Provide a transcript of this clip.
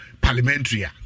parliamentary